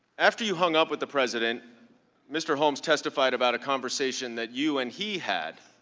after you hung up with the president mr. holmes testified about a conversation that you and he had